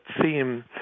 theme